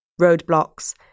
roadblocks